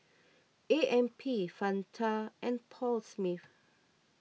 A M P Fanta and Paul Smith